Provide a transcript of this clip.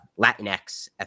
Latinx